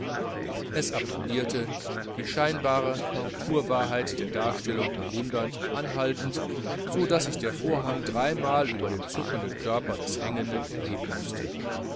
es applaudierte die scheinbare naturwahrheit der darstellung bewundernd anhaltend so daß sich der vorhang dreimal über dem zuckenden körper des hängenden erheben mußte